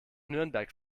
nürnberg